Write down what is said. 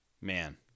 Man